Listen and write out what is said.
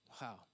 Wow